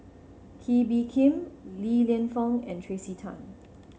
Kee Bee Khim Li Lienfung and Tracey Tan